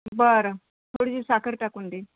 बरं थोडीशी साखर टाकून देईन